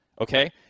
okay